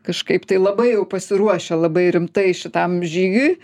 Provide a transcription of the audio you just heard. kažkaip tai labai jau pasiruošia labai rimtai šitam žygiui